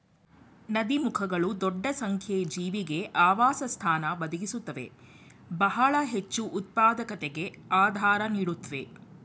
ನದೀಮುಖಗಳು ದೊಡ್ಡ ಸಂಖ್ಯೆ ಜೀವಿಗೆ ಆವಾಸಸ್ಥಾನ ಒದಗಿಸುತ್ವೆ ಬಹಳ ಹೆಚ್ಚುಉತ್ಪಾದಕತೆಗೆ ಆಧಾರ ನೀಡುತ್ವೆ